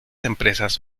empresas